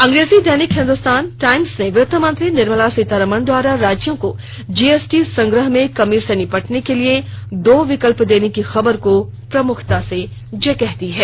अंग्रेजी दैनिक हिन्दुस्तान टाईम्स ने वित्त मंत्री निर्मला सीतारामण द्वारा राज्यों को जीएसटी संग्रह में कमी से निपटने के लिए दो विकल्प देने की खबर को प्रमुखता से जगह दी है